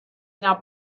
now